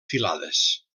filades